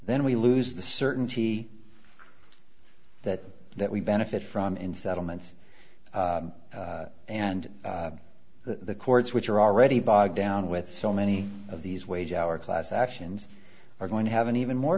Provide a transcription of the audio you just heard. then we lose the certainty that that we benefit from in settlements and the courts which are already bogged down with so many of these wage our class actions are going to have an even more